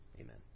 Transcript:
Amen